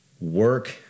work